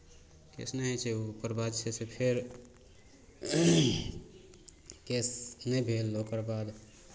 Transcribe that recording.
केस नहि होइ छै ओकर बाद छै से फेर केस नहि भेल ओकर बाद